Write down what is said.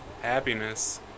Happiness